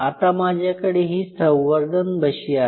आता माझ्याकडे ही संवर्धन बशी आहे